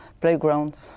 playground